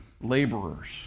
laborers